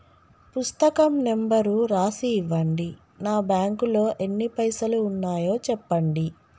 పుస్తకం నెంబరు రాసి ఇవ్వండి? నా బ్యాంకు లో ఎన్ని పైసలు ఉన్నాయో చెప్పండి?